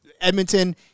Edmonton